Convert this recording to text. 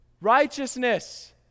Righteousness